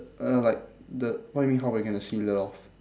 uh like the what do you mean how we're going to seal it off